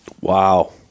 Wow